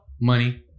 Money